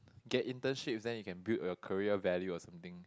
get internships then you can build your career value or something